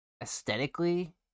aesthetically